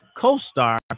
co-star